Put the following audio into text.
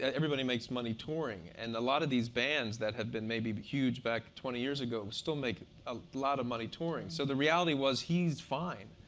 everybody makes money touring. and a lot of these bands that had been maybe but huge back twenty years ago still make a lot of money touring. so the reality was he's fine.